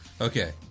Okay